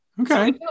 Okay